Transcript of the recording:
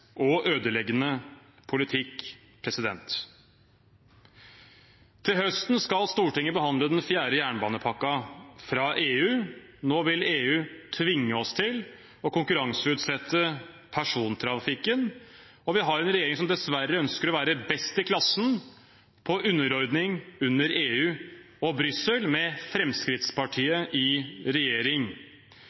og ødeleggende politikk. Til høsten skal Stortinget behandle den fjerde jernbanepakken fra EU. Nå vil EU tvinge oss til å konkurranseutsette persontrafikken, og vi har en regjering som dessverre ønsker å være best i klassen på underordning under EU og Brussel, med Fremskrittspartiet i regjering.